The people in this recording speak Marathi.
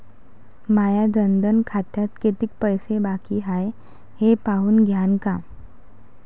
माया जनधन खात्यात कितीक पैसे बाकी हाय हे पाहून द्यान का?